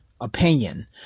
opinion